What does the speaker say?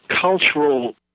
cultural